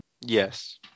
Yes